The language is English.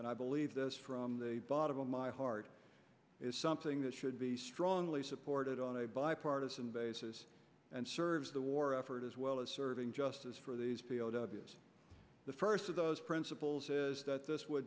and i believe this from the bottom of my heart is something that should be strongly supported on a bipartisan basis and serves the war effort as well as serving justice for these p o w s the first of those principles is that this would